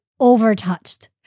overtouched